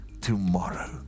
tomorrow